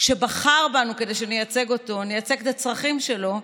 שבחר בנו כדי שנייצג אותו, נייצג את הצרכים שלו.